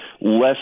less